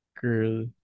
girl